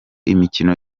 imikino